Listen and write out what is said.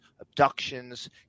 abductions